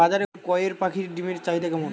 বাজারে কয়ের পাখীর ডিমের চাহিদা কেমন?